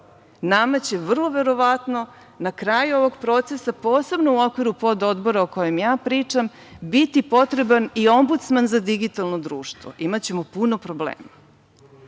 Nama će vrlo verovatno na kraju ovog procesa, posebno u okviru pododbora o kojem ja pričam, biti potreban i ombudsman za digitalno društvo. Imaćemo puno problema.Zašto